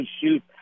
shoot